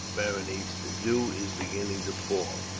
berenice, the dew is beginning to fall.